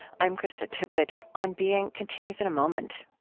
i'm krista tippett. on being continues in a moment